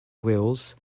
wheels